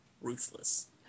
ruthless